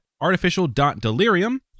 artificial.delirium